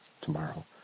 tomorrow